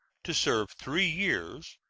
to serve three years,